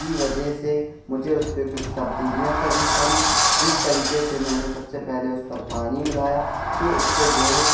کی وجہ سے مجھے اس پہ کچھ تبدیلیاں کرنی پڑیں جس طریقے سے میں نے سب سے پہلے اس پر پانی ملایا تو اس سے جو ہے